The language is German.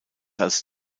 als